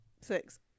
Six